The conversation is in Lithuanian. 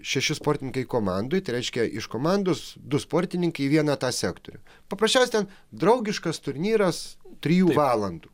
šeši sportininkai komandoj reiškia iš komandos du sportininkai į vieną tą sektorių paprasčiausia ten draugiškas turnyras trijų valandų